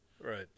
Right